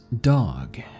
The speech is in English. dog